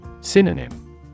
Synonym